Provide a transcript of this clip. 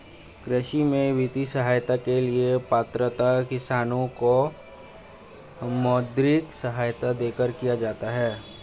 कृषि में वित्तीय सहायता के लिए पात्रता किसानों को मौद्रिक सहायता देकर किया जाता है